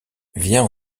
vient